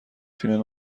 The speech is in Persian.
فیلم